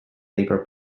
labor